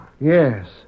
Yes